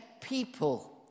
people